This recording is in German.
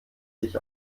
sich